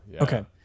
Okay